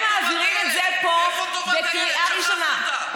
אתם מעבירים את זה פה בקריאה ראשונה.